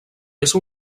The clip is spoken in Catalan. ésser